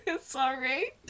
Sorry